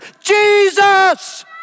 Jesus